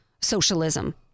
socialism